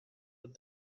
but